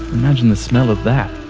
imagine the smell of that.